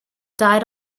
died